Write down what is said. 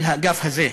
אל האגף הזה,